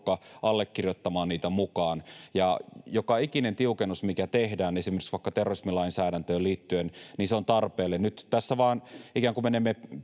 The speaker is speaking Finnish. allekirjoittamaan niitä mukaan, ja joka ikinen tiukennus, mikä tehdään esimerkiksi vaikka terrorismilainsäädäntöön liittyen, on tarpeellinen. Nyt tässä vain ikään kuin menemme